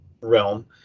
realm